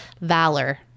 Valor